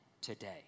today